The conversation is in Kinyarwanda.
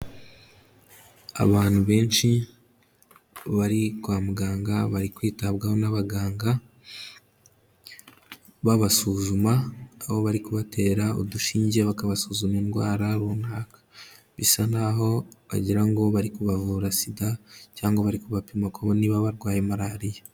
Abantu benshi bari kwa muganga bari kwitabwaho n’abaganga babasuzuma. Aho bari kubatera udushinge bakabasuzuma indwara runaka. Bisa n’aho wagirango bari kubavura SIDA, cyangwa bari kubapima niba barwaye malariya.